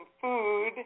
food